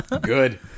Good